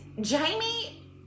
Jamie